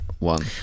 one